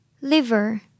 Liver